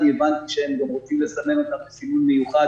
אני הבנתי שהם רוצים לסמן אותם בסימון מיוחד.